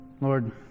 Lord